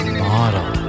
model